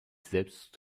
selbst